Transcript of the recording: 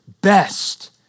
best